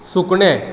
सुकणें